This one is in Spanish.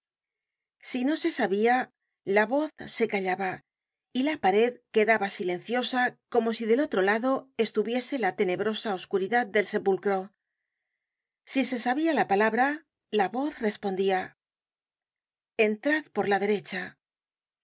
si no se sabia la voz se callaba y la pared quedaba silenciosa como si del otro lado estuviese la tenebrosa oscuridad del sepulcro si se sabia la palabra la voz respondia entrad por la derecha y